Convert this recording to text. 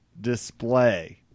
display